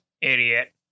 Idiot